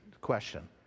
question